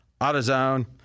AutoZone